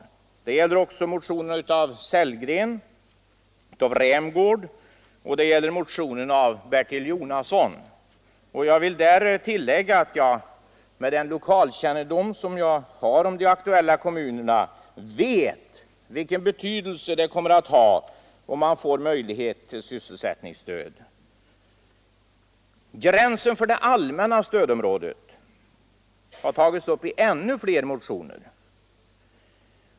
Det gäller också motionerna av herr Sellgren m.fl. och herr Rämgård m.fl. liksom motionen av Bertil Jonasson. Jag vill tillägga att jag med den lokalkännedom jag har om de aktuella kommunerna vet vilken betydelse det kommer att ha om de får möjlighet till sysselsättningsstöd. Gränsen för det allmänna stödområdet har tagits upp i ännu fler motioner.